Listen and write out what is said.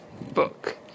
book